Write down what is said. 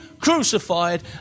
crucified